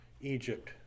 Egypt